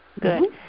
Good